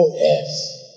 yes